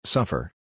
Suffer